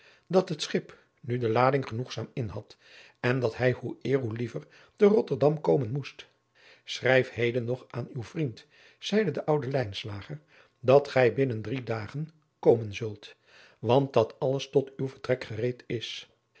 dat het schip nu de lading genoegzaam inhad en dat hij hoe eer hoe liever adriaan loosjes pzn het leven van maurits lijnslager te rotterdam komen moest schrijf heden nog aan uw vriend zeide de oude lijnslager dat gij binnen drie daen komen zult want dat alles tot uw vertrek gereed is